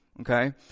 okay